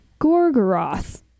Gorgoroth